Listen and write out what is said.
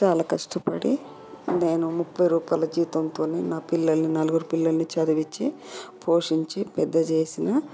చాలా కష్టపడి నేను ముప్పై రూపాయల జీతంతోనే నా పిల్లలు నలుగురు పిల్లల్ని చదివించి పోషించి పెద్ద చేసిన